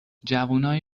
جوونای